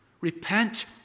repent